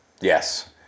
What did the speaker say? Yes